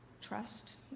trust